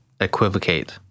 Equivocate